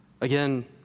Again